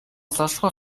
zaszła